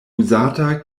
uzata